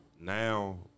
now